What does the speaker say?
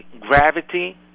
gravity